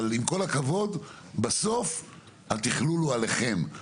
עם כל הכבוד התכלול הוא עליכם,